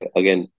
again